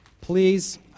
please